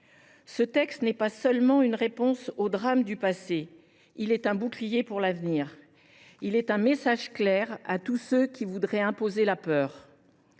Ce texte n’est pas une simple réponse aux drames du passé ; il est un bouclier pour l’avenir, un message clair à tous ceux qui voudraient imposer la peur.